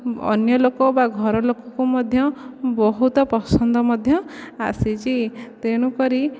ଅନ୍ୟ ଲୋକ ବା ଘର ଲୋକଙ୍କୁ ମଧ୍ୟ ବହୁତ ପସନ୍ଦ ମଧ୍ୟ ଆସିଛି ତେଣୁକରି